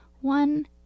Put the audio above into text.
One